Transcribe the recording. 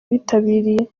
bitabiriye